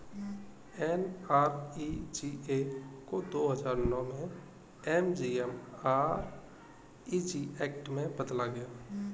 NREGA को दो हजार नौ में एम.जी.एन.आर.इ.जी एक्ट में बदला गया